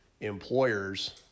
employers